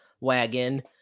wagon